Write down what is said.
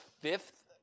fifth